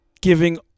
giving